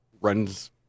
Runs